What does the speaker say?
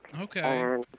Okay